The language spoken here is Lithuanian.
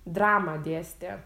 dramą dėstė